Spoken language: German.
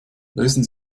lösen